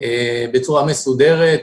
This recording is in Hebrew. בצורה מסודרת ובטוחה,